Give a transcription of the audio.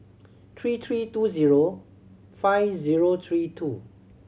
three three two zero five zero three two